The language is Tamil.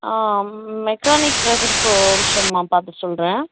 ஆ மெக்கானிக் ஒரு நிமிஷமா பார்த்துட்டு சொல்லுறேன்